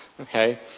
Okay